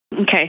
Okay